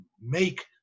make